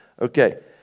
Okay